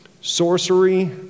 sorcery